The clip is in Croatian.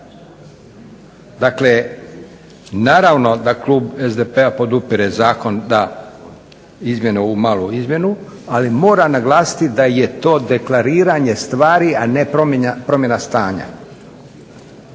Dakle, naravno da klub SDP-a podupire zakona da izmjene ovu malu izmjenu, ali mora naglasiti da je to deklariranje stvari a ne promjena stanja.